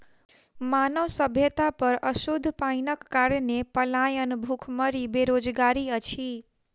मानव सभ्यता पर अशुद्ध पाइनक कारणेँ पलायन, भुखमरी, बेरोजगारी अछि